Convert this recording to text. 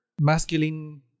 masculine